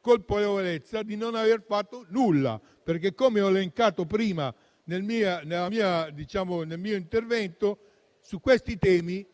colpevole di non aver fatto nulla. Come ho elencato prima nel mio intervento, su questi temi